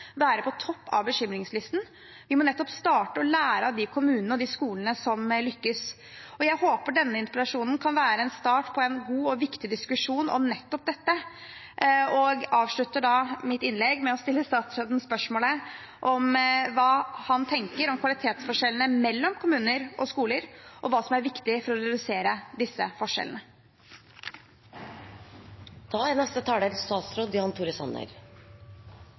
være på topp av bekymringslisten. Vi må starte med å lære av de kommunene og de skolene som lykkes. Jeg håper denne interpellasjonen kan være en start på en god og viktig diskusjon om nettopp dette. Jeg avslutter da mitt innlegg med å stille statsråden spørsmål om hva han tenker om kvalitetsforskjellene mellom kommuner og skoler, og hva som er viktig for å redusere disse forskjellene. Takk for en viktig interpellasjon. Målet er